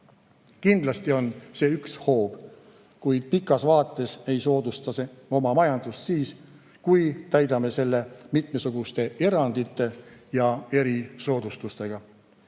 Kindlasti on see üks hoob, kuid pikas vaates ei soodusta me oma majandust, kui täidame selle mitmesuguste erandite ja erisoodustustega.